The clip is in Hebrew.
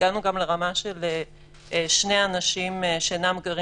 הגענו גם לרמה של שני אנשים שאינם גרים